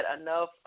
enough